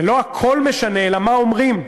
לא הקול משנה אלא מה אומרים.